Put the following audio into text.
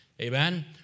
Amen